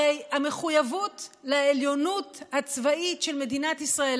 הרי המחויבות לעליונות הצבאית של מדינת ישראל,